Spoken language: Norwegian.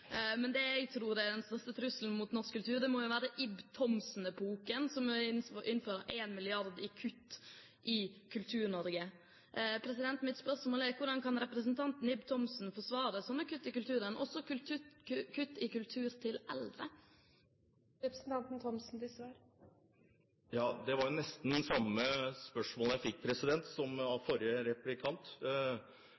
Men det jeg tror er den største trusselen mot norsk kultur, er Ib Thomsen-epoken, for han vil kutte med 1 mrd. kr til Kultur-Norge. Mitt spørsmål er: Hvordan kan representanten Ib Thomsen forsvare sånne kutt i kulturen, også kutt i kulturen til eldre? Det var nesten det samme spørsmålet som jeg fikk av